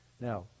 Now